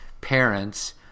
parents